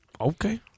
okay